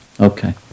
Okay